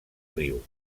riu